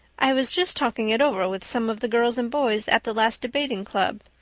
i was just talking it over with some of the girls and boys at the last debating club,